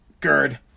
Gerd